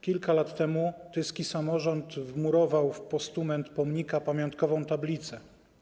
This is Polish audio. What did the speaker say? Kilka lat temu tyski samorząd wmurował w postument pomnika pamiątkową tablicę.